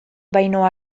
baino